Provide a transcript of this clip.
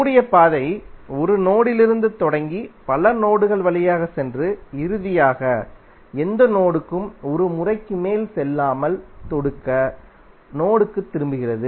மூடிய பாதை ஒரு நோடிலிருந்து தொடங்கி பல நோடுகள் வழியாகச் சென்று இறுதியாக எந்த நோடுக்கும் ஒரு முறைக்கு மேல் செல்லாமல் தொடக்க நோடுக்குத் திரும்புகிறது